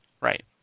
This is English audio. Right